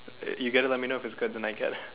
you get it and let me know if it's good then I get eh